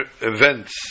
events